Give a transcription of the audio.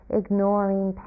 ignoring